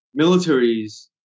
militaries